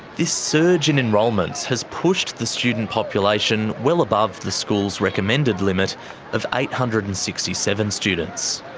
this surge in enrolments has pushed the student population well above the school's recommended limit of eight hundred and sixty seven students.